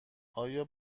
آیا